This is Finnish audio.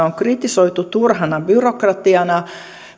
on kritisoitu turhana byrokratiana